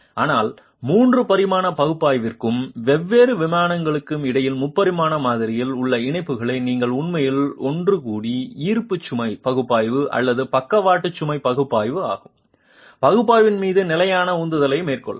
ஆனால் 3 பரிமாண பகுப்பாய்விற்கும் வெவ்வேறு விமானங்களுக்கு இடையில் முப்பரிமாண மாதிரியில் உள்ள இணைப்புகளை நீங்கள் உண்மையில் ஒன்றுகூடி ஈர்ப்பு சுமை பகுப்பாய்வு அல்லது பக்கவாட்டு சுமை பகுப்பாய்வு ஆகும் பகுப்பாய்வின் மீது நிலையான உந்துதலை மேற்கொள்ளலாம்